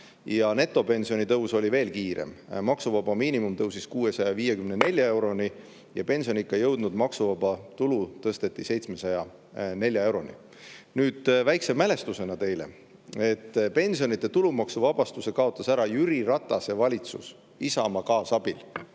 Ja netopensionitõus oli veel kiirem. Maksuvaba miinimum tõusis 654 euroni ja pensioniikka jõudnu maksuvaba tulu tõsteti 704 euroni. Nüüd väikse mälestusena teile, et pensionide tulumaksuvabastuse kaotas ära Jüri Ratase valitsus Isamaa kaasabil.